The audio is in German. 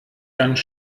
ganz